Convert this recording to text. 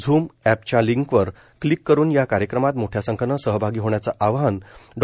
झ्म एवपच्या लिंकवर क्लिक करून या कार्यक्रमात मोठ्या संख्येनं सहआगी होण्याचं आवाहन डॉ